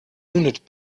unit